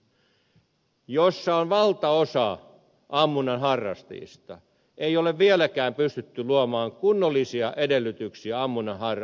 mäkinen muun muassa missä on valtaosa ammunnan harrastajista ei ole vieläkään pystytty luomaan kunnollisia edellytyksiä ammunnan harjoitteluun